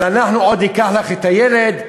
אבל אנחנו עוד ניקח לך את הילד,